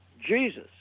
Jesus